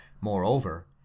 Moreover